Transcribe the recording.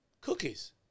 cookies